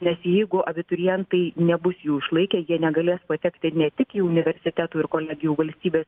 nes jeigu abiturientai nebus jų išlaikę jie negalės patekti ne tik į universitetų ir kolegijų valstybės